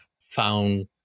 found